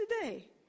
today